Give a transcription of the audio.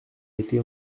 été